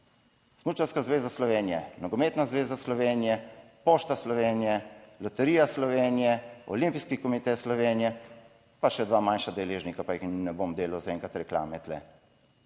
Smučarska zveza Slovenije, Nogometna zveza Slovenije, Pošta Slovenije, Loterija Slovenije, Olimpijski komite Slovenije, pa še dva manjša deležnika, pa jim ne bom delal zaenkrat reklame tu.